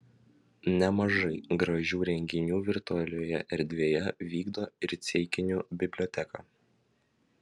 nemažai gražių renginių virtualioje erdvėje vykdo ir ceikinių biblioteka